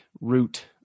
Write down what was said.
root